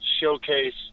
showcase